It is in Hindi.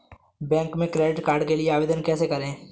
बैंक में क्रेडिट कार्ड के लिए आवेदन कैसे करें?